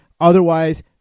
Otherwise